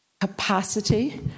capacity